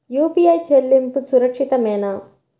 UPI చెల్లింపు సురక్షితమేనా?